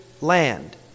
land